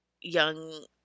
young